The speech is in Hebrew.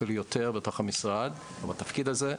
אפילו יותר בתוך המשרד בתפקיד הזה.